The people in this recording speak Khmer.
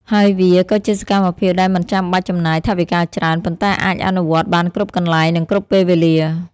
ហើយវាក៏ជាសកម្មភាពដែលមិនចាំបាច់ចំណាយថវិកាច្រើន ប៉ុន្តែអាចអនុវត្តបានគ្រប់កន្លែង និងគ្រប់ពេលវេលា។